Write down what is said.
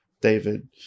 David